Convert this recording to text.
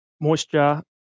moisture